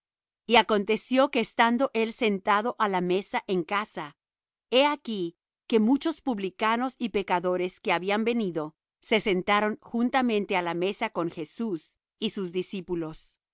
y aconteció que estando él sentado á la mesa en casa he aquí que muchos publicanos y pecadores que habían venido se sentaron juntamente á la mesa con jesús y sus discípulos y